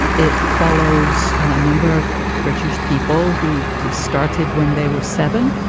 it follows a number of british people who started when they were seven.